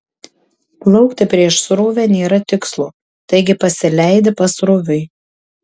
plaukti prieš srovę nėra tikslo taigi pasileidi pasroviui